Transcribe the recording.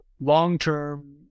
long-term